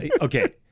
okay